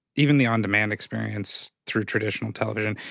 even the on-demand experience through traditional television.